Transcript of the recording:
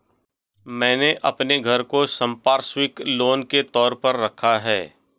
मैंने अपने घर को संपार्श्विक लोन के तौर पर रखा है